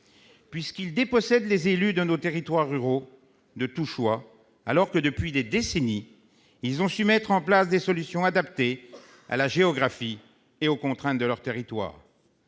puisqu'il dépossède les élus de nos territoires ruraux de tout choix, alors que, depuis des décennies, ils ont su mettre en place des solutions adaptées à la géographie et aux contraintes de leurs territoires.